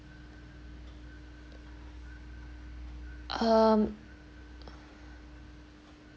um